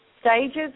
stages